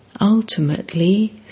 Ultimately